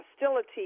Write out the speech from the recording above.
hostility